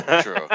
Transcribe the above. true